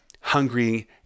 hungry